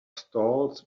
stalls